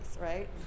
right